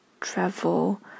travel